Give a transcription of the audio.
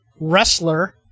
wrestler